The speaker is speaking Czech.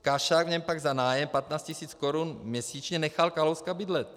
Kašák v něm pak za nájem 15 tisíc korun měsíčně nechal Kalouska bydlet.